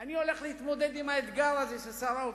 אני הולך להתמודד עם האתגר הזה של שר האוצר.